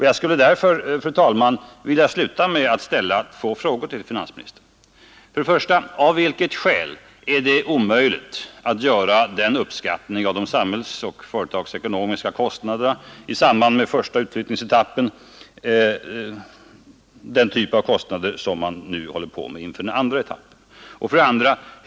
Jag skulle därför, fru talman, vilja sluta med att ställa två frågor till finansministern: 1. Av vilket skäl är det omöjligt att göra en uppskattning av de samhällsoch företagsekonomiska kostnaderna i samband med den första utflyttningsetappen — den typ av kostnader som man nu håller på att undersöka inför den andra etappen? 2.